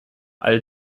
all